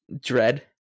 dread